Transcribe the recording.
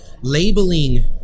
labeling